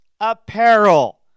apparel